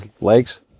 legs